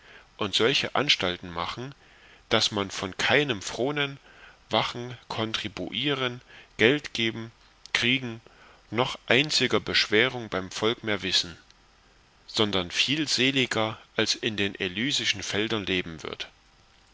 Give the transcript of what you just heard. und solche anstalten machen daß man von keinem fronen wachen kontribuieren geld geben kriegen noch einziger beschwerung beim volk mehr wissen sondern viel seliger als in den elysischen feldern leben wird